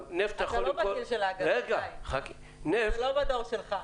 זה לא בדור שלך.